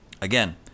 Again